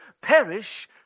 perish